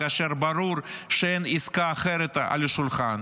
כאשר ברור שאין עסקה אחרת על השולחן